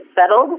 settled